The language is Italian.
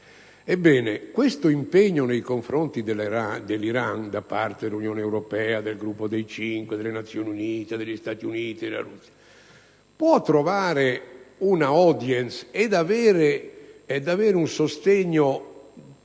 Ebbene, questo impegno nei confronti dell'Iran da parte dell'Unione europea, del gruppo dei Cinque, degli Stati Uniti e della Russia può trovare una *audience* ed avere un sostegno in